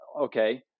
okay